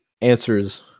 answers